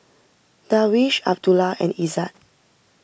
Darwish Abdullah and Izzat